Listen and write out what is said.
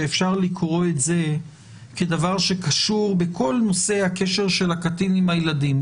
שאפשר לקרוא את זה כדבר שקשור בכל נושא הקשר של הקטין עם הילדים.